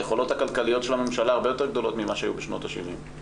היכולות הכלכליות של הממשלה הרבה יותר גדולות ממה שהיו בשנות ה-70'.